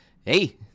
Hey